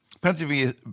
Pennsylvania